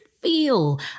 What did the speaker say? feel